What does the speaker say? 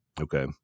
Okay